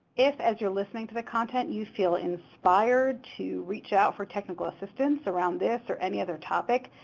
if, as you're listening to the content, you feel inspired to reach out for technical assistance around this or any other topic,